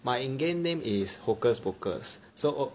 my in game name is hocus pocus